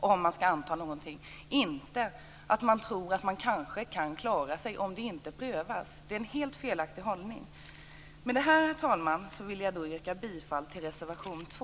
Det skall inte vara så att man tror att man kanske kan klara sig om frågan inte prövas. Det är en helt felaktig hållning. Med detta, herr talman, vill jag yrka bifall till reservation 2.